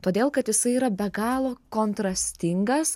todėl kad jisai yra be galo kontrastingas